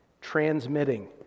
transmitting